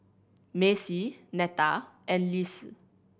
Macie Netta and Lise